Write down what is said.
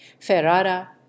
Ferrara